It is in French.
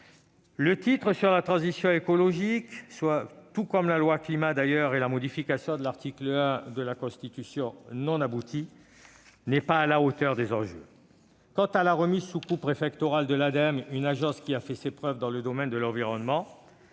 Le titre relatif à la transition écologique, à l'instar de la loi Climat ou de la modification de l'article 1 de la Constitution, d'ailleurs non aboutie, n'est pas à la hauteur des enjeux. Quant à la remise sous coupe préfectorale de l'Ademe, une agence qui a fait ses preuves dans le domaine de l'environnement,